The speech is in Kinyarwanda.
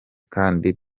kandi